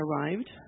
arrived